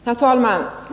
Herr talman!